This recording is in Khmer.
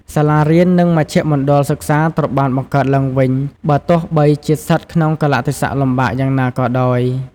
សាលារៀននិងមជ្ឈមណ្ឌលសិក្សាត្រូវបានបង្កើតឡើងវិញ បើទោះបីជាស្ថិតក្នុងកាលៈទេសៈលំបាកយ៉ាងណាក៏ដោយ។